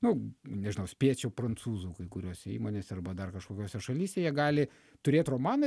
nu nežinau spėčiau prancūzų kai kuriose įmonėse arba dar kažkokiose šalyse jie gali turėt romaną